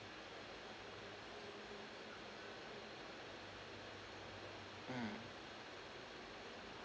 mm